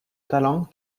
talent